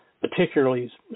particularly